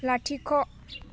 लाथिख'